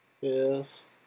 Yes